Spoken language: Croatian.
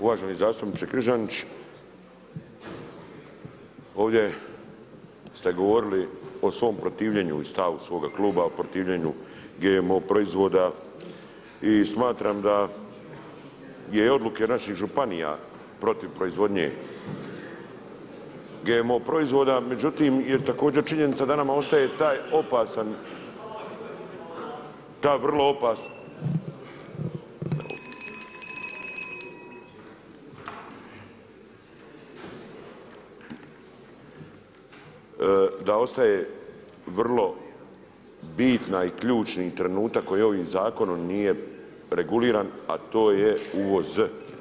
Uvaženi zastupniče Križanić, ovdje ste govorili o svom protivljenju i stavu svoga kluba, protivljenju GMO proizvoda i smatram da odluke naših županija protiv proizvodnje GMO proizvoda, međutim je također činjenica da nama ostaje taj opasan, ta vrlo opasna, da ostaje vrlo bitna i ključni trenutak koji ovim zakonom nije reguliran a to je uvoz.